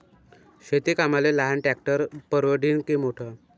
शेती कामाले लहान ट्रॅक्टर परवडीनं की मोठं?